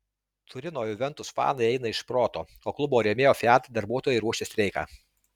turino juventus fanai eina iš proto o klubo rėmėjo fiat darbuotojai ruošia streiką